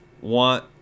want